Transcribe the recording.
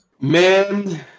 Man